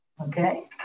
okay